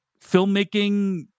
filmmaking